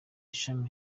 shami